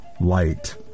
light